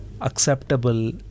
acceptable